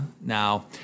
Now